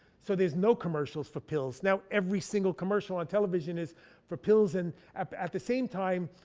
so there's no commercials for pills. now every single commercial on television is for pills. and at at the same time,